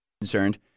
concerned